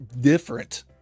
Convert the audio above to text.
different